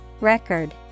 record